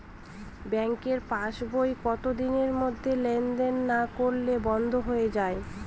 ব্যাঙ্কের পাস বই কত দিনের মধ্যে লেন দেন না করলে বন্ধ হয়ে য়ায়?